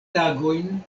tagojn